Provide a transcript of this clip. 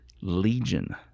legion